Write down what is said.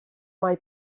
mai